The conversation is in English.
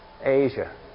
Asia